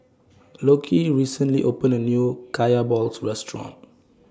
Lockie recently opened A New Kaya Balls Restaurant